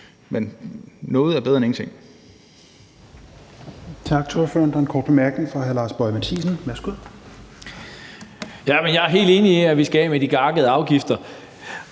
Boje Mathiesen (NB): Jeg er helt enig i, at vi skal af med de gakkede afgifter.